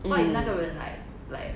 mm